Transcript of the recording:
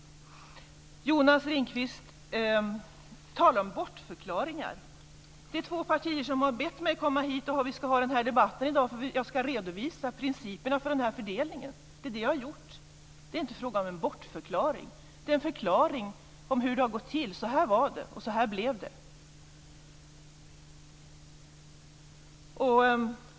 Jonas Ringqvist talar om bortförklaringar. Det är två partier som har bett mig komma hit, och vi ska ha den här debatten i dag för att jag ska redovisa principerna för fördelningen. Det är det jag har gjort. Det är inte fråga om en bortförklaring. Det är en förklaring av hur det har gått till. Så här var det, och så här blev det.